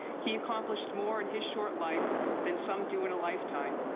he accomplished more in his short life than some do in a lifetime.